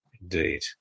Indeed